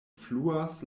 fluas